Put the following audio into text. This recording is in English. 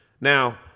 Now